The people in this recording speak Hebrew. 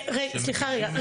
סליחה רגע,